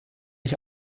ich